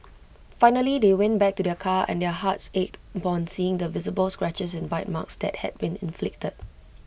finally they went back to their car and their hearts ached upon seeing the visible scratches and bite marks that had been inflicted